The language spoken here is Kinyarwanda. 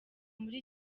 muri